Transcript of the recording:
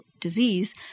disease